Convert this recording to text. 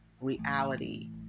reality